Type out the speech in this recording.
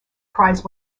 prize